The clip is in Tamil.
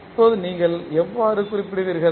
இப்போது நீங்கள் எவ்வாறு குறிப்பிடுவீர்கள்